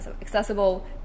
accessible